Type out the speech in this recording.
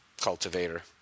cultivator